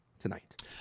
tonight